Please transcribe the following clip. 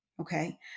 okay